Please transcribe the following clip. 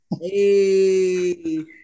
Hey